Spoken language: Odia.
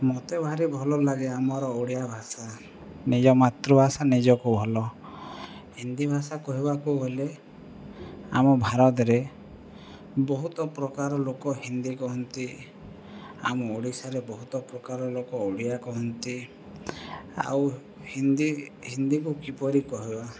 ମତେ ଭାରି ଭଲ ଲାଗେ ଆମର ଓଡ଼ିଆ ଭାଷା ନିଜ ମାତୃଭାଷା ନିଜକୁ ଭଲ ହିନ୍ଦୀ ଭାଷା କହିବାକୁ ଗଲେ ଆମ ଭାରତରେ ବହୁତ ପ୍ରକାର ଲୋକ ହିନ୍ଦୀ କହନ୍ତି ଆମ ଓଡ଼ିଶାରେ ବହୁତ ପ୍ରକାର ଲୋକ ଓଡ଼ିଆ କହନ୍ତି ଆଉ ହିନ୍ଦୀ ହିନ୍ଦୀକୁ କିପରି କହିବା